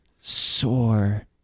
sore